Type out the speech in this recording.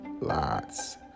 Lots